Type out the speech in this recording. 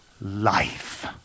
life